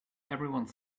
everyone